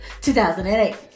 2008